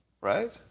right